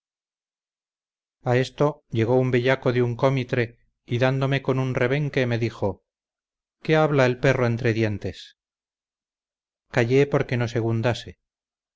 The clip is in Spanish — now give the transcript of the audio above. esto llegó un bellaco de un cómitre y dándome con un rebenque me dijo qué habla el perro entre dientes callé porque no segundase